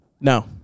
No